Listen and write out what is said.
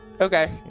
Okay